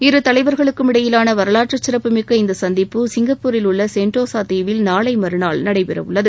இரு தலைவர்களுக்கும் இடையிலாள வரவாற்று சிறப்புமிக்க இந்த சந்திப்பு சிங்ப்பூரில் உள்ள சென்டோசா தீவில் நாளை மறுநாள் நடைபெற உள்ளது